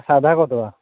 ସାଦା କରି ଦେବା